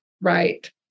Right